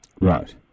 Right